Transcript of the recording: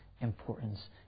importance